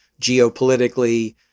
geopolitically